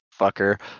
fucker